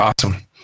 awesome